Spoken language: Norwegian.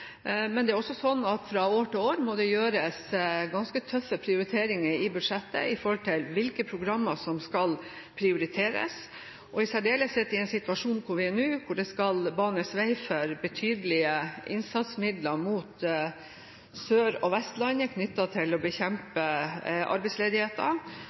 Det er likevel slik at fra år til år må det gjøres ganske tøffe prioriteringer i budsjettet opp mot hvilke programmer som skal prioriteres. I særdeleshet i en situasjon som den vi er nå, hvor det skal banes vei for betydelige innsatsmidler mot Sør- og Vestlandet knyttet til å